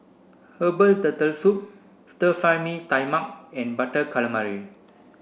herbal turtle soup Stir Fry Mee Tai Mak and butter calamari